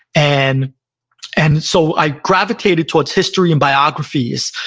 and and so i gravitated towards history and biographies.